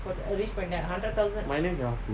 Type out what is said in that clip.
my name cannot put